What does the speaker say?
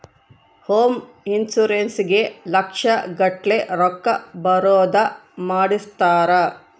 home insurance ಗೇ ಲಕ್ಷ ಗಟ್ಲೇ ರೊಕ್ಕ ಬರೋದ ಮಾಡ್ಸಿರ್ತಾರ